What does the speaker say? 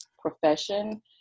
profession